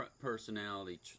personality